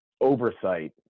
oversight